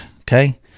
okay